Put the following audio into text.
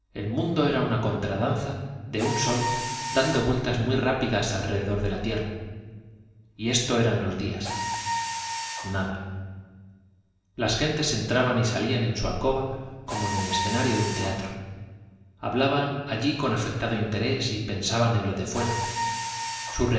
el mundo era una contradanza del sol dando vueltas muy rápidas alrededor de la tierra y esto eran los días nada las gentes entraban y salían en su alcoba como en el escenario de un teatro hablaban allí con afectado interés y pensaban en lo de fuera su